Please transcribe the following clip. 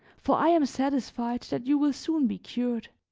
for i am satisfied that you will soon be cured.